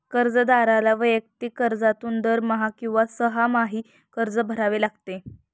कर्जदाराला वैयक्तिक कर्जातून दरमहा किंवा सहामाही कर्ज भरावे लागते